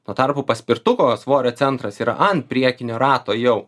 tuo tarpu paspirtuko svorio centras yra ant priekinio rato jau